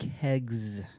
kegs